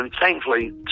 thankfully